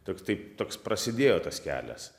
toks tai toks prasidėjo tas kelias